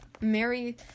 Mary